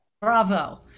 Bravo